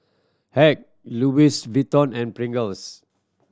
Hack Louis Vuitton and Pringles